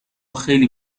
خیلی